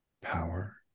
power